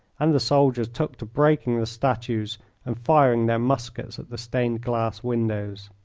and the soldiers took to breaking the statues and firing their muskets at the stained-glass windows.